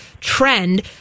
trend